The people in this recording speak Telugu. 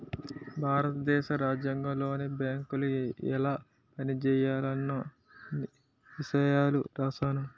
భారత దేశ రాజ్యాంగంలోనే బేంకులు ఎలా పనిజేయాలన్న ఇసయాలు రాశారు